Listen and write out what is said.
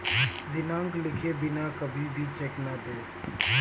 दिनांक लिखे बिना कभी भी चेक न दें